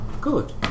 Good